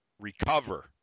Recover